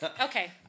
okay